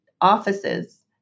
offices